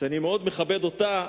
ואני מאוד מכבד אותה,